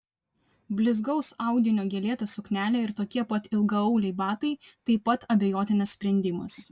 blizgaus audinio gėlėta suknelė ir tokie pat ilgaauliai batai taip pat abejotinas sprendimas